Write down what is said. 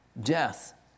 Death